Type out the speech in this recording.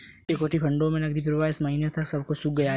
equity फंडों में नकदी प्रवाह इस महीने सब कुछ सूख गया है